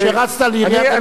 כשרצת לעיריית תל-אביב,